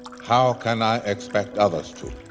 how can i expect others too?